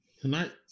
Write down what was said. Tonight